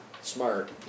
Smart